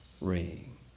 ring